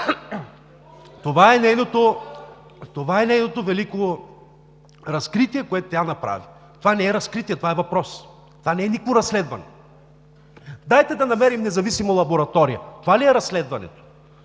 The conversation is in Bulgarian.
Това е нейното велико разкритие, което тя направи. Това не е разкритие, това е въпрос. Това не е никакво разследване! „Дайте да намерим независима лаборатория!“ Това ли е разследването?